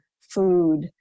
food